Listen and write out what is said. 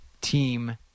Team